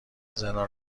زندان